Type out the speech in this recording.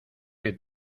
que